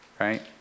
Right